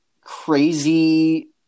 crazy